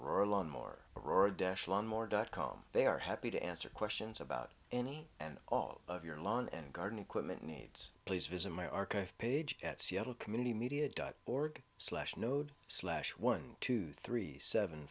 one more dot com they are happy to answer questions about any and all of your lawn and garden equipment needs please visit my archive page at seattle community media dot org slash node slash one two three seven